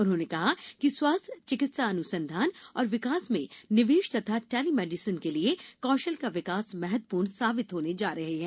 उन्होंने कहा कि स्वास्थ्य चिकित्सा अनुसंधान और विकास में निवेश तथा टेलीमेडिसिन के लिए कौशल का विकास महत्वपूर्ण साबित होने जा रहा है